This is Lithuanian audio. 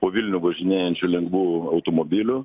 po vilnių važinėjančių lengvų automobilių